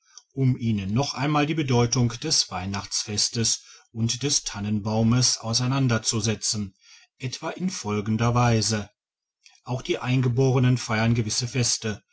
um ihnen noch einmal die bedeutung des weihnachtsfestes und des tannenbaumes auseinanderzusetzen etwa in folgender weise auch die eingeborenen feiern gewisse feste